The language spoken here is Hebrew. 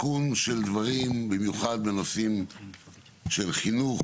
תיקון של דברים, במיוחד בנושאים של חינוך,